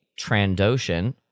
Trandoshan